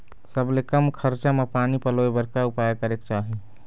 सबले कम खरचा मा पानी पलोए बर का उपाय करेक चाही?